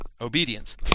obedience